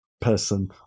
person